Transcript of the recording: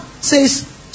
says